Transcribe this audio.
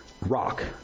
rock